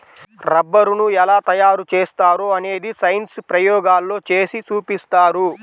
రబ్బరుని ఎలా తయారు చేస్తారో అనేది సైన్స్ ప్రయోగాల్లో చేసి చూపిస్తారు